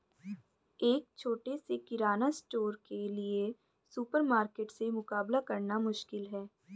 एक छोटे से किराना स्टोर के लिए सुपरमार्केट से मुकाबला करना मुश्किल है